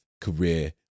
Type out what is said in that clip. career